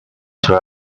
try